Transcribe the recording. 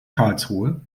karlsruhe